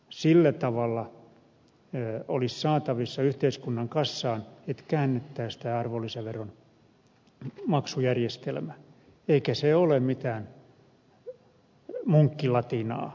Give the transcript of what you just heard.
sillä tavalla se olisi saatavissa yhteiskunnan kassaan että käännettäisiin tämä arvonlisäveron maksujärjestelmä eikä se ole mitään munkkilatinaa